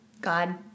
God